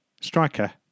Striker